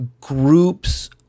groups